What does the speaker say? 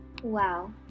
Wow